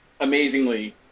Amazingly